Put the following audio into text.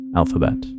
alphabet